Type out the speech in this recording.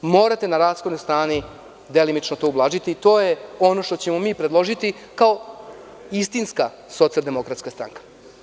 Morate na rashodnoj strani delimično to ublažiti i to je ono što ćemo mi predložiti kao istinska socijaldemokratska stranka.